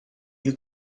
you